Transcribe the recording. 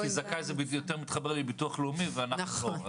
כי "זכאי" זה יותר מתחבר לביטוח הלאומי ואנחנו לא.